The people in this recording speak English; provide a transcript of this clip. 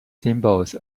symbols